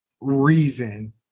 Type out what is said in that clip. reason